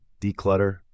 declutter